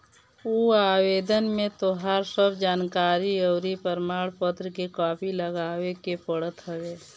उ आवेदन में तोहार सब जानकरी अउरी प्रमाण पत्र के कॉपी लगावे के पड़त हवे